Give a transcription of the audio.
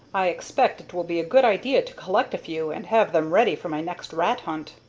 i expect it will be a good idea to collect a few, and have them ready for my next rat-hunt.